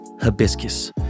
Hibiscus